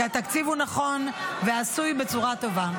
כי התקציב הוא נכון ועשוי בצורה טובה.